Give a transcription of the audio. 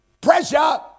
Pressure